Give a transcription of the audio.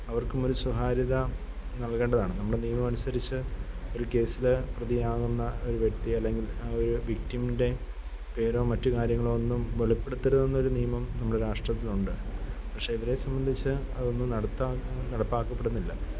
അവര്ക്കും ഒരു സ്വകാര്യത നല്കേണ്ടതാണ് നമ്മുടെ നിയമമനുസരിച്ച് ഒരു കേസിൽ പ്രതിയാകുന്ന ഒരു വ്യക്തിയെ അല്ലെങ്കില് ആ ഒരു വിക്റ്റിമിന്റെ പേരൊ മറ്റ് കാര്യങ്ങളോ ഒന്നും വെളിപ്പെടുത്തരുതെന്നൊരു നിയമം നമ്മുടെ രാഷ്ട്രത്തിലുണ്ട് പക്ഷേ ഇവരെ സംബന്ധിച്ച് അതൊന്നും നടപ്പാക്കപ്പെടുന്നില്ല